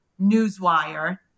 newswire